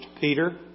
Peter